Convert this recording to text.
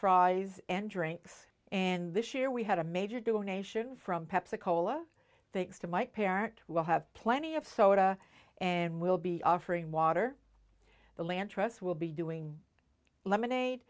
fries and drinks and this year we had a major donation from pepsi cola thanks to my parent will have plenty of soda and will be offering water the land trust will be doing lemonade